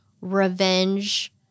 revenge